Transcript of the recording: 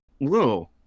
whoa